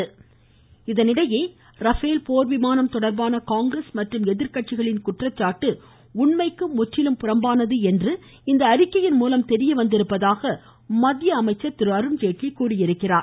ஜேட்லி இதனிடையே ரபேல் போர் விமானம் தொடர்பான காங்கிரஸ் மற்றும் எதிர்கட்சிகளின் குற்றச்சாட்டு உண்மைக்கு புறம்பானது என்று இந்த அறிக்கையின் மூலம் தெரிய வந்துள்ளதாக மத்திய அமைச்சர் திரு அருண்ஜேட்லி கூறியிருக்கிறார்